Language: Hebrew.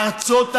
ארצות הברית.